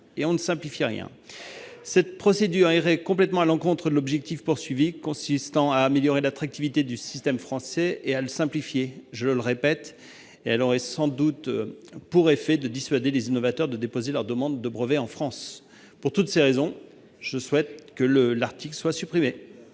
on ne simplifie rien ! Cette procédure irait complètement à l'encontre de l'objectif recherché consistant à améliorer l'activité du système français et à le simplifier. Je le répète, elle aurait sans nul doute pour effet de dissuader les innovateurs de déposer leurs demandes de brevets en France. Pour toutes ces raisons, je souhaite la suppression